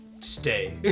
Stay